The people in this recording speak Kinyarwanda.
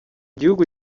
igihugu